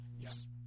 Yes